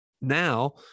Now